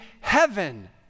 heaven